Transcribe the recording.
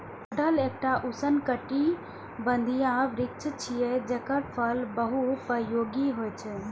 कटहल एकटा उष्णकटिबंधीय वृक्ष छियै, जेकर फल बहुपयोगी होइ छै